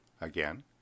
again